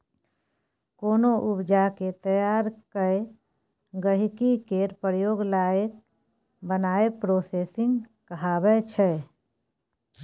कोनो उपजा केँ तैयार कए गहिंकी केर प्रयोग लाएक बनाएब प्रोसेसिंग कहाबै छै